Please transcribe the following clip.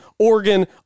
Oregon